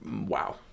Wow